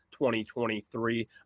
2023